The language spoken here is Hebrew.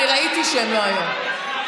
אני ראיתי שהם לא היו.